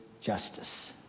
justice